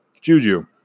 Juju